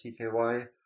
TKY